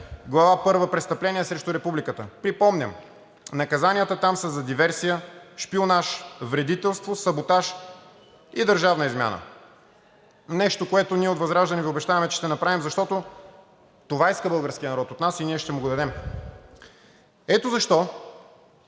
глава първа: „Престъпление срещу Републиката“. Припомням, наказанията там са за диверсия, шпионаж, вредителство, саботаж и държавна измяна – нещо, което ние от ВЪЗРАЖДАНЕ Ви обещаваме че ще направим, защото това иска българският народ от нас и ние ще му го дадем. Ето защо